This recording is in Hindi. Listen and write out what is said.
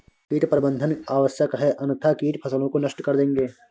कीट प्रबंधन आवश्यक है अन्यथा कीट फसलों को नष्ट कर देंगे